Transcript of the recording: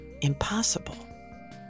impossible